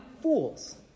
fools